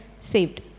saved